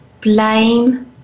blame